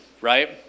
right